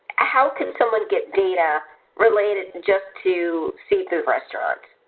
ah how can someone get data related just to seafood restaurants?